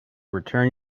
return